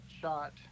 shot